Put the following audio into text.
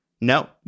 No